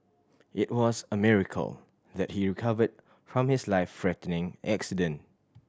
it was a miracle that he recovered from his life threatening accident